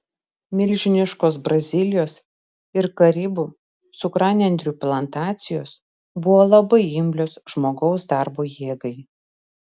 milžiniškos brazilijos ir karibų cukranendrių plantacijos buvo labai imlios žmogaus darbo jėgai